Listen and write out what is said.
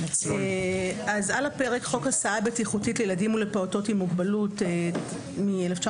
על הפרק חוק הסעה בטיחותית לילדים ולפעוטות עם מוגבלות מ-1994,